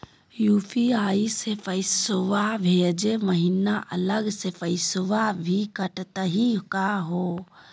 UPI स पैसवा भेजै महिना अलग स पैसवा भी कटतही का हो?